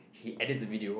he edit the video